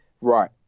right